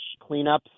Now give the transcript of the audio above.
cleanups